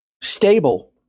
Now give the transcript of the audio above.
stable